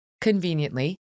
conveniently